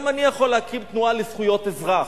גם אני יכול להקים תנועה לזכויות אזרח.